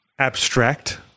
abstract